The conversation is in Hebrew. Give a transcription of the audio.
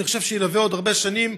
ואני חושב שילווה עוד הרבה שנים,